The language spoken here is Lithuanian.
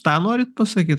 tą norit pasakyt